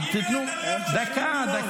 נביא לך ממחטה.